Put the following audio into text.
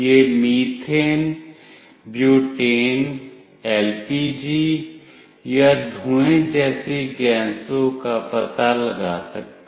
यह methane butane LPG या धुएं जैसी गैसों का पता लगा सकता है